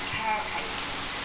caretakers